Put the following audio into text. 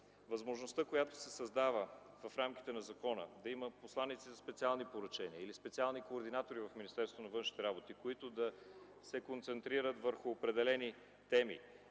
Възможността, която се създава в рамките на закона – да има посланици за специални поръчения или специални координатори в Министерството на външните работи, които да се концентрират върху определени теми,